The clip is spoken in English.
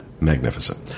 Magnificent